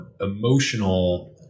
emotional